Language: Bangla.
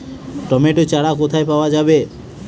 টমেটো চারা কোথায় পাওয়া যাবে?